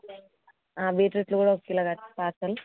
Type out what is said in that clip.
బీట్రూట్లు కూడా ఒక కిలో కట్టు పార్సెల్